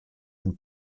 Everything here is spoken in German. und